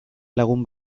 lagun